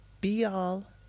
be-all